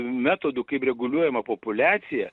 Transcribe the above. metodu kaip reguliuojama populiacija